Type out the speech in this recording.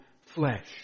flesh